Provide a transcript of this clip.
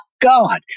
God